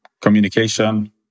communication